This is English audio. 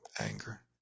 anger